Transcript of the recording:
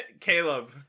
Caleb